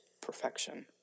perfection